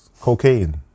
Cocaine